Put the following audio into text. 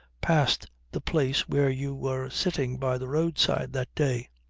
past the place where you were sitting by the roadside that day.